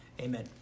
Amen